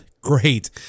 great